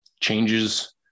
changes